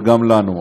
וגם לנו.